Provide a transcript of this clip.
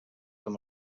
amb